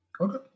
Okay